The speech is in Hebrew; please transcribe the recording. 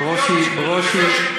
ברושי, ברושי.